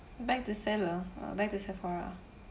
back to seller back to Sephora